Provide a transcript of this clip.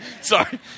Sorry